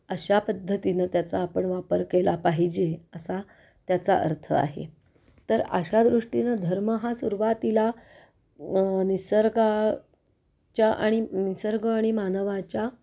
अशा पद्धतीनं त्याचा आपण वापर केला पाहिजे असा त्याचा अर्थ आहे तर अशा दृष्टीनं धर्म हा सुरुवातीला निसर्गाच्या आणि निसर्ग आणि मानवाच्या